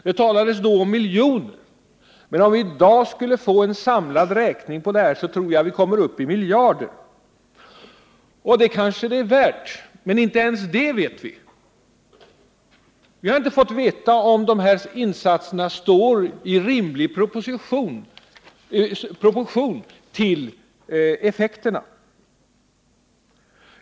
Det talades då om miljoner, men om vi i dag skulle få en samlad räkning, skulle den nog lyda på miljarder. Det kanske det är värt, men inte ens det vet vi. Vi har inte fått veta om insatserna står i rimlig proportion till effekterna.